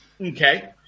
Okay